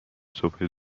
صبح